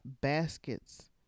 baskets